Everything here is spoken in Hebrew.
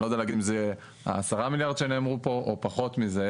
אני לא יודע להגיד אם זה ה-10 מיליארד שנאמרו פה או פחות מזה.